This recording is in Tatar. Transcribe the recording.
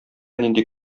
нинди